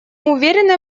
уверены